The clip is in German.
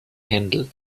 händel